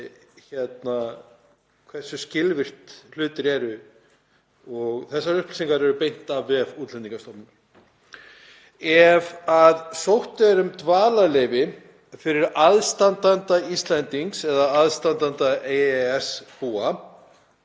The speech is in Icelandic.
hversu skilvirkir hlutir eru og þessar upplýsingar eru beint af vef Útlendingastofnunar. Ef sótt er um dvalarleyfi fyrir aðstandanda Íslendings eða aðstandanda EES-búa